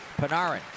Panarin